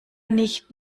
nicht